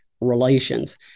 relations